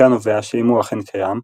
מכאן נובע שאם הוא אכן קיים,